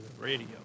radio